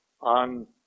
on